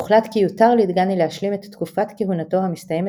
הוחלט כי יותר לדגני להשלים את תקופת כהונתו המסתיימת